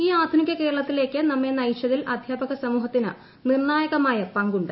ഈ ആധുനിക കേരളത്തിലേയ്ക്ക് നമ്മളെ നയിച്ചതിൽ അധ്യാപക സമൂഹത്തിന് നിർണായകമായ പങ്കുണ്ട്